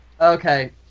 Okay